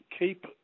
Keep